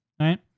Right